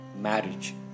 marriage